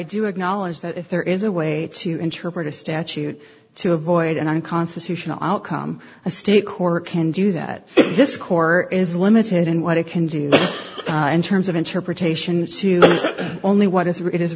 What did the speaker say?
acknowledge that if there is a way to interpret a statute to avoid an unconstitutional outcome a state court can do that this core is limited in what it can do in terms of interpretation to only what is it is